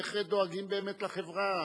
איך דואגים לחברה.